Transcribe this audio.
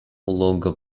longer